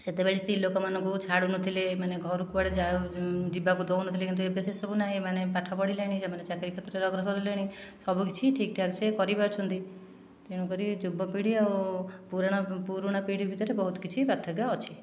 ସେତେବେଳେ ସ୍ତ୍ରୀ ଲୋକମାନଙ୍କୁ ଛାଡ଼ୁନଥିଲେ ମାନେ ଘରୁ କୁଆଡ଼େ ଯିବାକୁ ଦେଉନଥିଲେ କିନ୍ତୁ ଏବେ ସେସବୁ ନାହିଁ ମାନେ ପାଠ ପଢ଼ିଲେଣି ସେମାନେ ଚାକିରି କ୍ଷେତ୍ରରେ ଅଗ୍ରସର ହେଲେଣି ସବୁକିଛି ଠିକ ଠାକ ସେ କରିପାରୁଛନ୍ତି ତେଣୁ କରି ଯୁବ ପିଢ଼ି ଆଉ ପୁରୁଣା ପିଢ଼ି ଭିତରେ ବହୁତ କିଛି ପାର୍ଥକ୍ୟ ଅଛି